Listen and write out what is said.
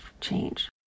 change